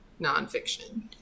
nonfiction